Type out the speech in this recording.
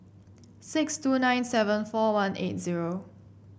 six two nine seven four one eight zero